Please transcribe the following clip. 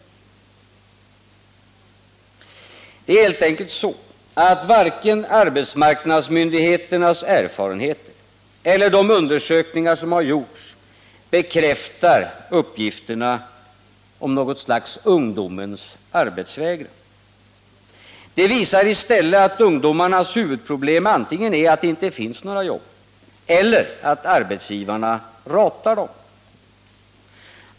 Det är helt enkelt så, att varken arbetsmarknadsmyndigheternas erfarenheter eller gjorda undersökningar bekräftar uppgifterna om något slags ungdomens arbetsvägran. De visar i stället att ungdomarnas huvudproblem antingen är att det inte finns några jobb eller att arbetsgivarna ratar dem.